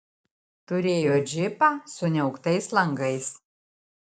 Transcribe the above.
turėjo džipą su niauktais langais